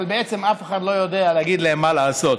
אבל בעצם אף אחד לא יודע להגיד להם מה לעשות.